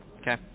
Okay